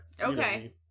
Okay